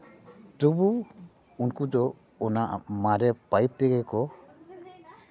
ᱛᱩᱵᱩᱣ ᱩᱱᱠᱩ ᱫᱚ ᱚᱱᱟ ᱢᱟᱨᱮ ᱯᱟᱭᱤᱯ ᱛᱮᱜᱮ ᱠᱚ